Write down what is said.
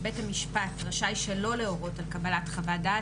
בית המשפט רשאי שלא להורות על קבלת חוות דעת